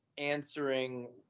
answering